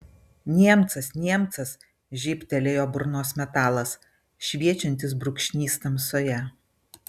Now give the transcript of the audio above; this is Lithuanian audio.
niemcas niemcas žybtelėjo burnos metalas šviečiantis brūkšnys tamsoje